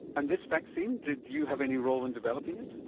and this vaccine? did you have any role in developing it?